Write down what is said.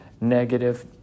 negative